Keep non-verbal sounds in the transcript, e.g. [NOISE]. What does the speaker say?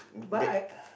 that [BREATH]